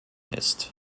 ist